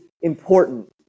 important